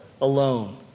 alone